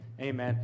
amen